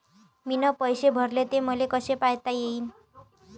मीन पैसे भरले, ते मले कसे पायता येईन?